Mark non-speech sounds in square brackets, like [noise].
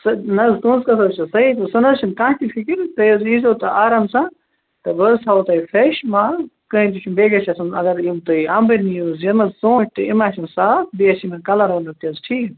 سَہ نَہ حظ تُہنٛز کَتھ حظ چھِ صحیٖح تہٕ سَہ نَہ حظ چھَنہٕ کانٛہہ تہِ فِکر تُہۍ حظ یِزیٚو تہٕ آرام سان تہٕ بہٕ حظ تھاوہو تۄہہِ فریٚش مال کٕہیٖنۍ تہِ چھُنہٕ بیٚیہِ گَژھہِ آسُن اگر یِم تُہۍ اَمبٕر نِیُو [unintelligible] ژوٗنٛٹھۍ تہِ یِم آسیٚن صاف بیٚیہِ آسہِ یِمن کَلر وَلر تہِ حظ ٹھیٖک